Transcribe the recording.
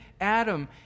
Adam